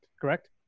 correct